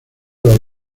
los